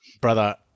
Brother